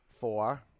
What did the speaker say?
Four